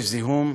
יש זיהום,